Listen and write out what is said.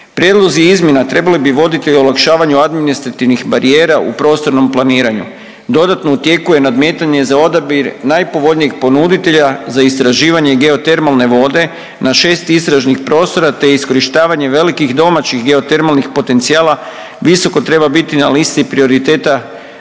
Prijedlozi izmjena trebali bi voditi olakšavanje o administrativnih barijera u prostornom planiranju. Dodatno, u tijeku je nadmetanje za odabir najpovoljnijeg ponuditelja za istraživanje geotermalne vode na 6 istražnih prostora, te iskorištavanje velikih domaćih geotermalnih potencijala visoko treba biti na listi prioriteta